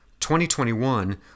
2021